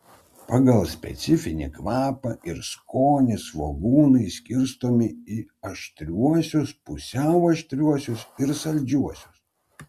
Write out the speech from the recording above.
pagal specifinį kvapą ir skonį svogūnai skirstomi į aštriuosius pusiau aštriuosius ir saldžiuosius